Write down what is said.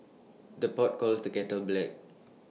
the pot calls the kettle black